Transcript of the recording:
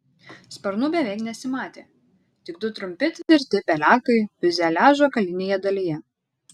sparnų beveik nesimatė tik du trumpi tvirti pelekai fiuzeliažo galinėje dalyje